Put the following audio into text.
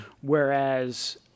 whereas